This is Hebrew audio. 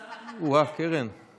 2022, לוועדת הכלכלה נתקבלה.